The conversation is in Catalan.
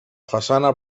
façana